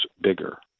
bigger